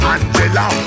Angela